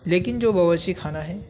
لیکن جو باورچی خانہ ہے